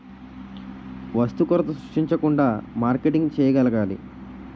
వస్తు కొరత సృష్టించకుండా మార్కెటింగ్ చేయగలగాలి